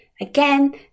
Again